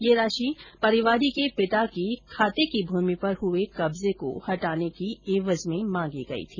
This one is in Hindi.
ये राशि परिवादी के पिता की खाते की भूमि पर हुए कब्जे को हटाने की एवज में मांगी गई थी